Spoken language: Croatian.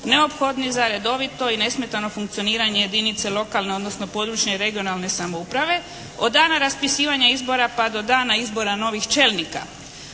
neophodni za redovito i nesmetano funkcioniranje jedinice lokalne odnosno područne i regionalne samouprave od dana raspisivanja izbora pa do dana izbora novih čelnika.